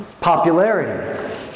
popularity